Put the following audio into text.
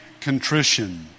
contrition